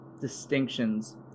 distinctions